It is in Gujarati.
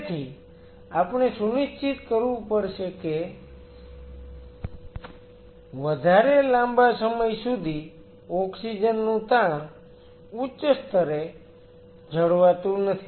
તેથી આપણે સુનિશ્ચિત કરવું પડશે કે વધારે લાંબા સમય સુધી ઓક્સિજન નું તાણ ઉચ્ચ સ્તરે જળવાતું નથી